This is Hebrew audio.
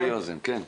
אני